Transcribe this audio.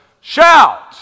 shout